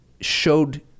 showed